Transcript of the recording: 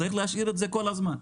צריך להשאיר את זה כל הזמן.